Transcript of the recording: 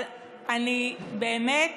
אבל אני באמת